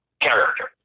character